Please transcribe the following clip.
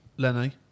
Lenny